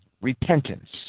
repentance